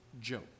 joke